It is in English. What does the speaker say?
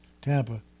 Tampa